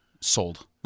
sold